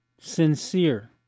sincere